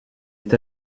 est